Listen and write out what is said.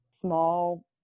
small